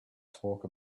talk